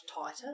tighter